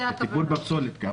זה "וטיפול בפסולת בה אמור".